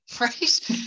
Right